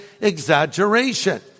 exaggeration